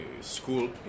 school